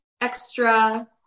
extra